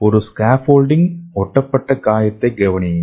ஒரு ஸ்கேஃபோல்டிங் ஒட்டப்பட்ட காயத்தைக் கவனியுங்கள்